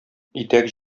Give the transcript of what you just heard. итәк